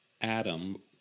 Adam